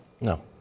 No